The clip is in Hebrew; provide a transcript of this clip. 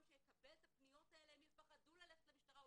שיקבל את הפניות האלה הם יפחדו ללכת למשטרה.